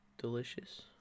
Delicious